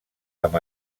amb